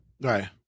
Right